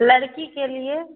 लड़की के लिए